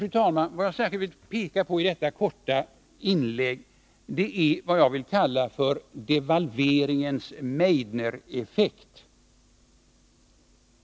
Vad jag särskilt vill peka på i detta korta inlägg är emellertid vad jag kallar devalveringens Meidnereffekt.